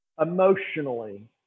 Emotionally